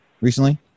recently